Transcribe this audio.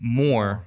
more